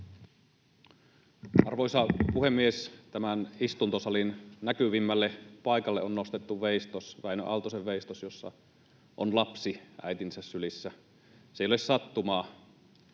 Arvoisa puhemies! Tämän istuntosalin näkyvimmälle paikalle on nostettu veistos, Wäinö Aaltosen veistos, jossa on lapsi äitinsä sylissä. Se ei ole sattumaa.